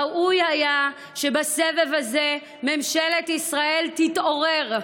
ראוי היה שבסבב הזה ממשלת ישראל תתעורר,